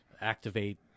activate